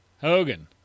Hogan